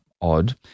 odd